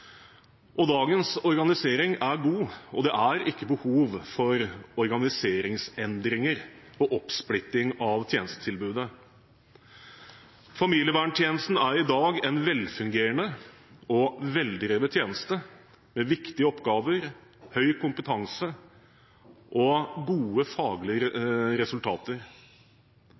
Dagens organisering er god. Det er ikke behov for organiseringsendringer og oppsplitting av tjenestetilbudet. Familieverntjenesten er i dag en velfungerende og veldrevet tjeneste, med viktige oppgaver, høy kompetanse og gode faglige